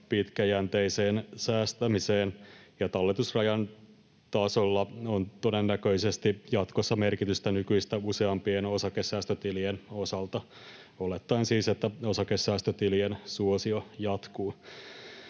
pitkäjänteiseen säästämiseen ja talletusrajan tasolla on todennäköisesti jatkossa merkitystä nykyistä useampien osakesäästötilien osalta — olettaen siis, että osakesäästötilien suosio jatkuu.